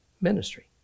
ministry